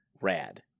rad